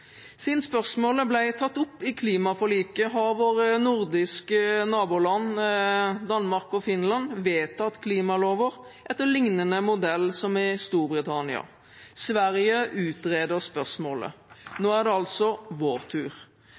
Siden spørsmålet ble tatt opp i klimaforliket, har våre nordiske naboland Danmark og Finland vedtatt klimalover etter en modell lignende den i Storbritannia. Sverige utreder spørsmålet. Nå er det altså vår tur.